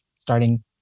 starting